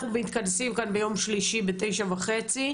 אנחנו מתכנסים כאן ביום שלישי ב-9:30.